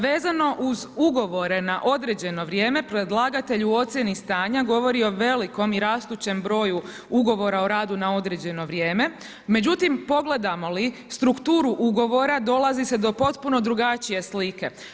Vezano uz ugovore na određeno vrijeme, predlagatelj u ocjeni stanja govori o velikom i rastućem broju ugovora o radu na određeno vrijeme, međutim pogledamo li strukturu ugovora, dolazi se do potpuno drugačije slike.